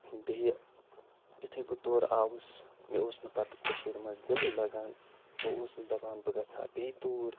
بیٚیہِ یُتھٕے بہٕ تورٕ آوُس مےٚ اوس نہٕ پتہٕ کٔشیٖرِ منٛز دِلٕے لگان بہٕ اوسُس دَپان بہٕ گژھ ہہ بیٚیہِ توٗرۍ